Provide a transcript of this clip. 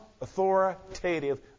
authoritative